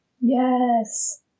Yes